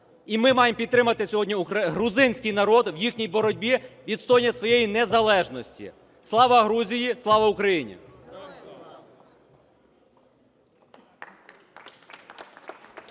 І ми маємо підтримати сьогодні грузинський народ в їхній боротьбі у відстоюванні своєї незалежності. Слава Грузії! Слава Україні!